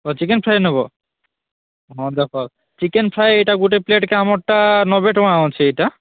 ଓ chicken fry ନେବ ହଁ ଦରକାର ଚିକେନ୍ ଫ୍ରାଇ ଏଇଟା ଗୋଟେ ପ୍ଲେଟ୍କେ ଆମଟା ନବେ ଟଙ୍କା ଅଛି ଏଇଟା